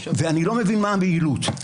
אני לא מבין, מה הבהילות?